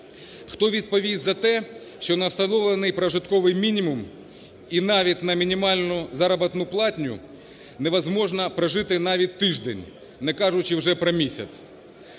Хто відповідність за те, що на встановлений прожитковий мінімум і навіть на мінімальну заробітну плату невозможно прожити навіть тиждень, не кажучи вже про місяць.